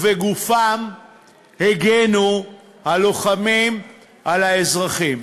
ובגופם הגנו הלוחמים על האזרחים,